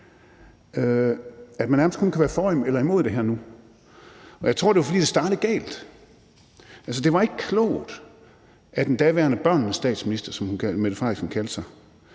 at man nærmest kun kan være for eller imod det her nu? Jeg tror, det er, fordi det startede galt. Det var ikke klogt af den daværende børnenes statsminister, som Mette Frederiksen kaldte sig,